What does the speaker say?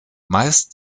meist